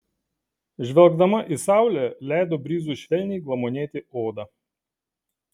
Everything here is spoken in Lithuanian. žvelgdama į saulę leido brizui švelniai glamonėti odą